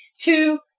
two